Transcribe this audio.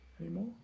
anymore